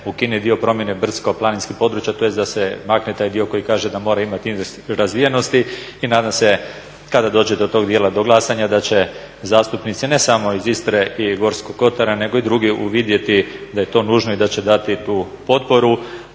ukine i dio promjene brdsko-planinskih područja, tj. da se makne taj dio koji kaže da mora imati indeks razvijenosti. I nadam se kada dođe do tog dijela do glasanja, da će zastupnici ne samo iz Istre i Gorskog kotara, nego i drugi uvidjeti da je to nužno i da će dati tu potporu.